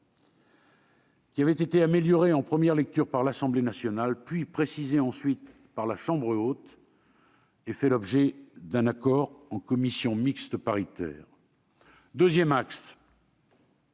dispositions, améliorées en première lecture par l'Assemblée nationale puis précisées par la chambre haute, aient fait l'objet d'un accord en commission mixte paritaire. Le deuxième axe